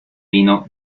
vino